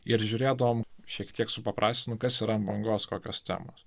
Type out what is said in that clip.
ir žiūrėdavom šiek tiek supaprastinu kas yra ant bangos kokios temos